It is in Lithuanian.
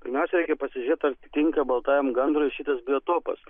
pirmiausia reikia pasižiūrėt ar atitinka baltajam gandrui šitas biotopas